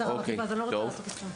אז אני לא רוצה להטעות אתכם.